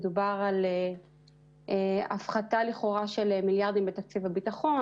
מדובר על הפחתה לכאורה של מיליארדים בתקציב הביטחון